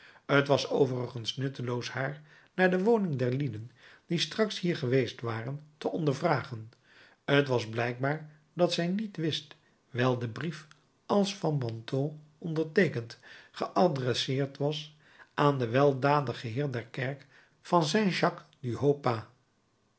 t was overigens nutteloos haar naar de woning der lieden die straks hier geweest waren te ondervragen t was blijkbaar dat zij die niet wist wijl de brief als fabantou onderteekend geadresseerd was aan den weldadigen heer der kerk van saint jacques du